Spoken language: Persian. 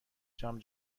جام